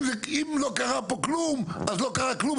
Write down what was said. אם לא קרה פה כלום, אב לא קרה כלום.